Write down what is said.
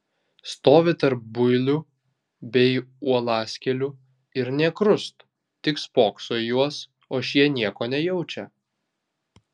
stovi tarp builių bei uolaskėlių ir nė krust tik spokso į juos o šie nieko nejaučia